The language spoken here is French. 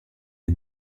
est